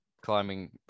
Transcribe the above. climbing